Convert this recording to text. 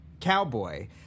Cowboy